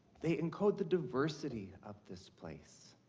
they encode the diversity of this place.